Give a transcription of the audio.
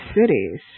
cities